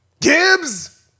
Gibbs